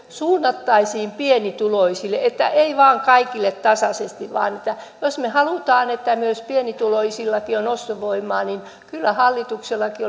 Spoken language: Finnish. suunnattaisiin pienituloisille että ei vain kaikille tasaisesti jos me haluamme että pienituloisillakin on ostovoimaa niin kyllä hallituksellakin